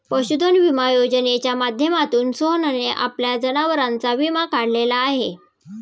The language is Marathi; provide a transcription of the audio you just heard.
पशुधन विमा योजनेच्या माध्यमातून सोहनने आपल्या जनावरांचा विमा काढलेला आहे